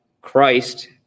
Christ